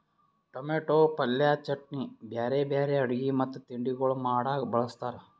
tomato ಪಲ್ಯ, ಚಟ್ನಿ, ಬ್ಯಾರೆ ಬ್ಯಾರೆ ಅಡುಗಿ ಮತ್ತ ತಿಂಡಿಗೊಳ್ ಮಾಡಾಗ್ ಬಳ್ಸತಾರ್